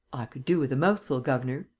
could do with a mouthful, governor.